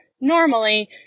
normally